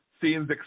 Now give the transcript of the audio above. seems